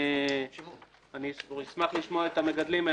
אני אשמח לשמוע את המגדלים,